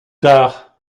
tard